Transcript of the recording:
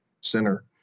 center